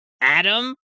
Adam